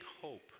hope